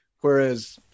whereas